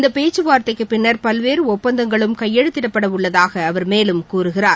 இந்த பேச்சுவார்த்தைக்குப் பின்னர் பல்வேறு ஒப்பந்தங்களும் கையெழுத்திடப்பட உள்ளதாக அவர் மேலும் கூறுகிறார்